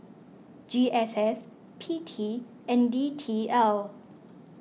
G S S P T and D T L